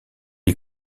est